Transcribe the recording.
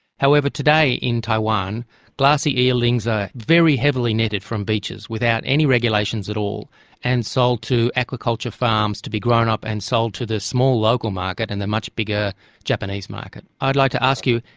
however, today in taiwan glassy eelings are very heavily netted from beaches without any regulations at all and sold to aquaculture farms to be grown up and sold to the small local market and the much bigger japanese market. i'd like to ask you,